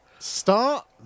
Start